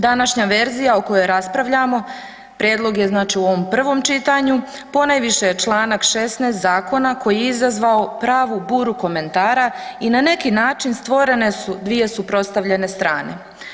Današnja verzija o kojoj raspravljamo prijedlog je znači u ovom prvom čitanju, ponajviše je Članak 16. zakona koji je izazvao pravu buru komentara i na neki način stvorene su dvije suprotstavljene strane.